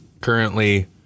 currently